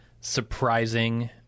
surprising